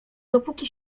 dopóki